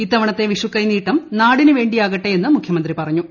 ഇത്തവണത്തെ വിഷുക്കൈനീട്ടം നാടിനു വേണ്ടിയാകട്ടെ എന്ന് മുഖ്യമന്ത്രി പറഞ്ഞു